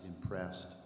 impressed